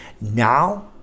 Now